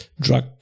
drug